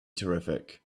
terrific